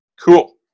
Cool